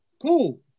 Cool